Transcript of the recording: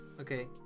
Okay